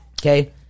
Okay